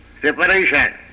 separation